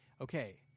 okay